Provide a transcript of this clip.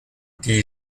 die